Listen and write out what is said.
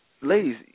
ladies